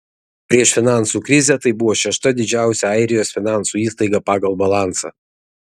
prieš finansų krizę tai buvo šešta didžiausia airijos finansų įstaiga pagal balansą